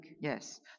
Yes